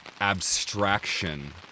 abstraction